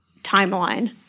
timeline